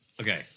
okay